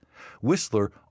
Whistler